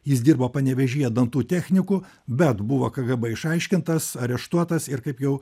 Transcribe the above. jis dirbo panevėžyje dantų techniku bet buvo kgb išaiškintas areštuotas ir kaip jau